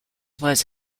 was